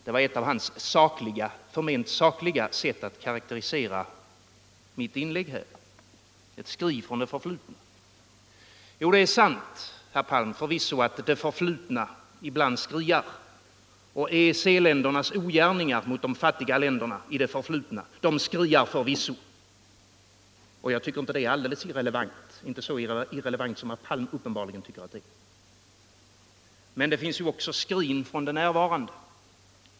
Det var ett av hans förment sakliga sätt att karakterisera mitt inlägg här. Ett skri från det förflutna! Det är förvisso sant, herr Palm, att det förflutna ibland skriar. EEC-ländernas ogärningar mot de fattiga länderna i det förflutna skriar sannerligen. Jag tycker inte det är alldeles irrelevant, inte så irrelevant som herr Palm uppenbarligen vill göra det till. Men det finns också skrin från det närvarande.